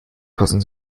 passen